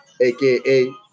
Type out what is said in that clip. aka